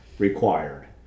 required